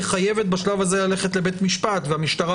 מחייבת בשלב זה ללכת לבית משפט והמשטרה